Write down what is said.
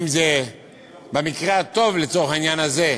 אם זה במקרה הטוב, לצורך העניין הזה,